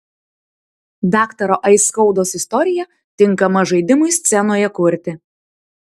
daktaro aiskaudos istorija tinkama žaidimui scenoje kurti